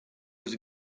was